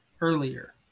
earlier